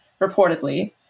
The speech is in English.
reportedly